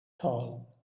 tall